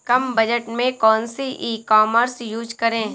कम budget में कौन सी ई कॉमर्स यूज़ करें?